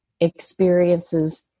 experiences